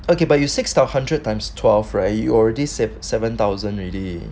okay but you sixty times hundred times twelve you already saved seven thousand already